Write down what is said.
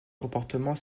comportement